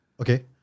Okay